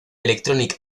electronic